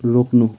रोक्नु